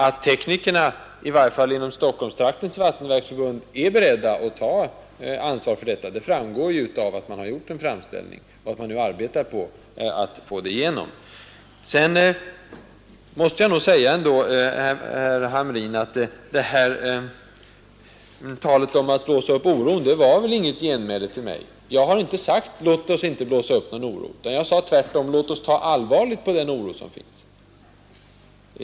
Att teknikerna i varje fall inom Stockholmstraktens vattenverksförbund är beredda att ta 47 ansvar för genomförandet framgår av att en framställning har gjorts och att man nu arbetar på att få den igenom. Sedan måste jag nog säga, herr Hamrin, att talet om att vifta bort oron väl inte var något genmäle till mig. Jag har inte sagt: Låt oss inte blåsa upp någon oro! Jag sade tvärtom: Låt oss ta allvarligt på den oro som finns!